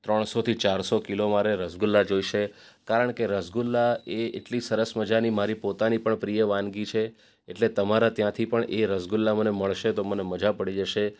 ત્રણસોથી ચારસો કિલો મારે રસગુલ્લા જોઈશે કારણકે રસગુલ્લા એ એટલી સરસ મજાની મારી પોતાની પણ પ્રિય વાનગી છે એટલે તમારે ત્યાંથી પણ એ રસગુલ્લા મને મળશે તો મને મજા પડી જશે